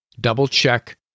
double-check